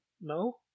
No